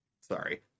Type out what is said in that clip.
sorry